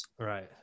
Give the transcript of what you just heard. Right